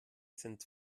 sind